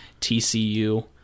tcu